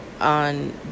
on